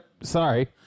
sorry